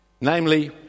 Namely